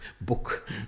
book